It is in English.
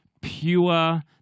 pure